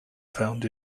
found